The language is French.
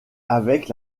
avec